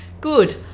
Good